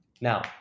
Now